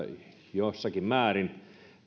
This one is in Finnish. jossakin määrin